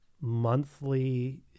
monthly